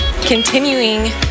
continuing